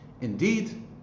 Indeed